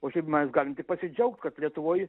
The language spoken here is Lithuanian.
o šiaip mes galim tik pasidžiaugt kad lietuvoj